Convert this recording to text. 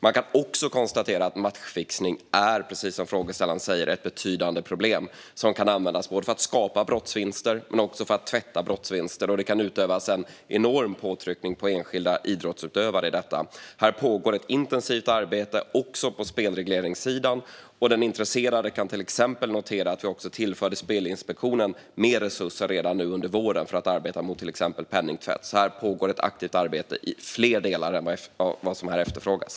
Man kan också konstatera att matchfixning, precis som frågeställaren säger, är ett betydande problem. Det kan användas både för att skapa brottsvinster och för att tvätta brottsvinster, och det kan utövas en enorm påtryckning på enskilda idrottsutövare i detta. Här pågår ett intensivt arbete även på spelregleringssidan. Den intresserade kan också notera till exempel att vi redan nu under våren tillförde Spelinspektionen mer resurser för att arbeta mot bland annat penningtvätt. Här pågår alltså ett aktivt arbete i fler delar än vad som efterfrågas.